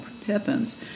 pippins